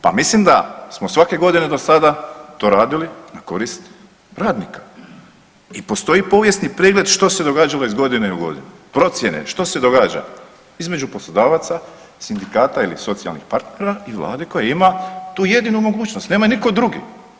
Pa mislim da smo svake godine do sada to radili na korist radnika i postoji povijesni pregled što se događalo iz godine u godinu, procjene što se događa između poslodavaca, sindikata ili socijalnih partnera i vlade koja ima tu jedinu mogućnost, nema niko drugi.